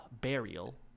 burial